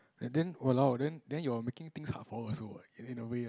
and then !walao! then then you're making things hard for her also what in a way ah